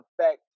affect